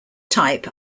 type